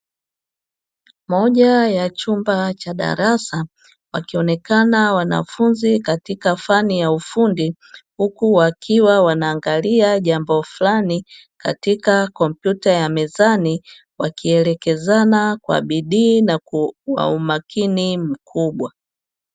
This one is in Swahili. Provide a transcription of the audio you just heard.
Moja ya chumba cha darasa wakionekana wanafunzi katika fani ya ufundi, huku wakiwa wanaangalia jambo fulani katika kompyuta ya mezani wakielekezana kwa bidii na kwa umakini mkubwa.